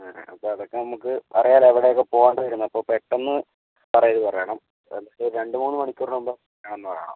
അപ്പം അതൊക്കെ നമുക്ക് അറിയാമല്ലോ എവിടെയൊക്കെ പോകേണ്ടി വരുമെന്ന് അപ്പം പെട്ടെന്ന് പറയത് പറയണം എനിക്ക് രണ്ട് മൂന്ന് മണിക്കൂറിന് മുമ്പ് വേണമെന്ന് പറയണം